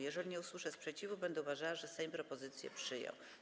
Jeżeli nie usłyszę sprzeciwu, będę uważała, że Sejm propozycje przyjął.